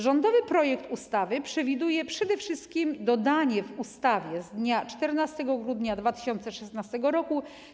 Rządowy projekt ustawy przewiduje przede wszystkim dodanie w ustawie z dnia 14 grudnia 2016 r.